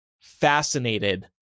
fascinated